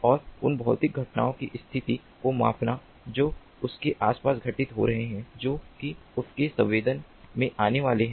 और उन भौतिक घटनाओं की स्थिति को मापना जो उनके आस पास घटित हो रहे हैं जो कि उनके संवेदन में आने वाले हैं